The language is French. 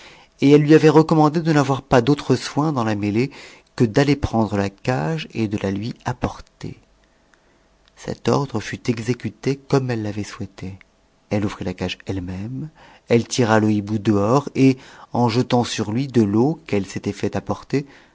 et elle lui avait recommandé de n'avnhpas d'autre soin dans la mêlée que d'aller prendre la cage et de la lui apporter cet ordre fut exécute comme elle l'avait souhaite elle ouvrit la cage elle-même elle tira le hibou dehors et en jetant sur lui de l'eau qu'elle s'était fait apporter